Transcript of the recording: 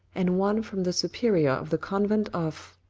and one from the superior of the convent of.